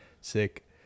Sick